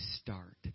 start